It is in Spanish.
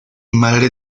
madre